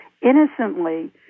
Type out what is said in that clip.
innocently